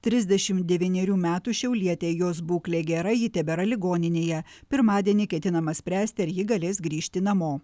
trisdešim devynerių metų šiaulietė jos būklė gera ji tebėra ligoninėje pirmadienį ketinama spręsti ar ji galės grįžti namo